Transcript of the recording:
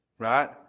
Right